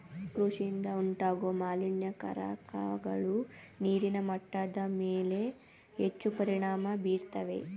ಕೃಷಿಯಿಂದ ಉಂಟಾಗೋ ಮಾಲಿನ್ಯಕಾರಕಗಳು ನೀರಿನ ಗುಣಮಟ್ಟದ್ಮೇಲೆ ಹೆಚ್ಚು ಪರಿಣಾಮ ಬೀರ್ತವೆ